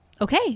okay